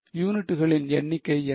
யூனிட்டுகளின் எண்ணிக்கை என்ன